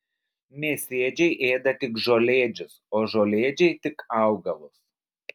mėsėdžiai ėda tik žolėdžius o žolėdžiai tik augalus